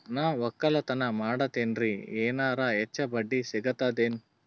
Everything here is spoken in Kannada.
ನಾ ಒಕ್ಕಲತನ ಮಾಡತೆನ್ರಿ ಎನೆರ ಹೆಚ್ಚ ಬಡ್ಡಿ ಸಿಗತದೇನು?